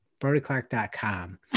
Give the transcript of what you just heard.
brodyclark.com